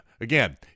Again